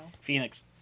Phoenix